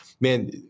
Man